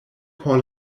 por